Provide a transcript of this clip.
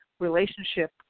relationship